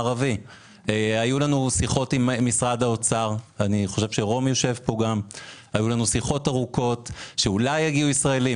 היו לנו שיחות עם משרד האוצר כדי שאולי יגיעו ישראלים,